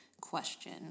question